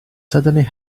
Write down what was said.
suddenly